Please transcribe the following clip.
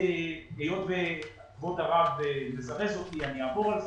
היות וכבוד הרב מזרז אותי, אני אעבור על זה.